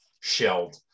shelled